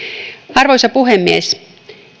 arvoisa puhemies